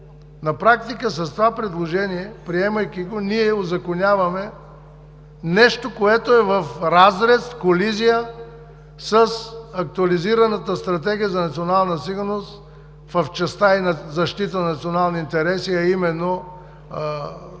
На практика с това предложение, приемайки го, ние узаконяваме нещо, което е в разрез, в колизия с актуализираната Стратегия за национална сигурност в частта ѝ „Защита на националния интерес“, а именно охрана